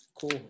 Cool